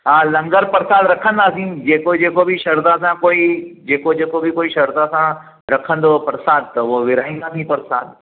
हा लंगर प्रसाद रखंदासीं जेको जेको बि शरधा सां कोई जेको जेको जेको बि कोई शरधा सां रखंदो परसाद त उहो विराईंदा बि परसाद